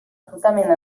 totalment